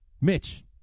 Mitch